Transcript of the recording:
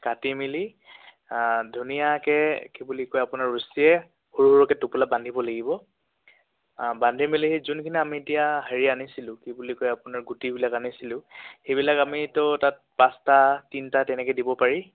কাটি মেলি ধুনীয়াকৈ কি বুলি কয় আপোনাৰ ৰচীৰে সৰু সৰুকৈ টোপোলা বান্ধিব লাগিব বান্ধি মেলি সেই যোনখিনি আমি এতিয়া হেৰি আনিছিলোঁ কি বুলি কয় আপোনাৰ গুটিবিলাক আনিছিলোঁ সেইবিলাক আমিতো তাত পাঁচটা তিনিটা তেনেকৈ দিব পাৰি